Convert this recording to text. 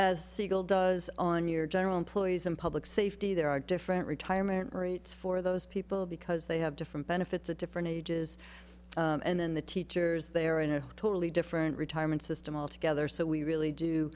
as siegel does on your general employees and public safety there are different retirement rates for those people because they have different benefits at different ages and then the teachers they are in a totally different retirement system altogether so we really